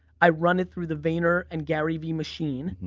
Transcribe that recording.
i run it through the vayner and gary vee machine.